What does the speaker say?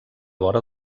vora